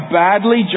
badly